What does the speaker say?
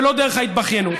ולא דרך ההתבכיינות.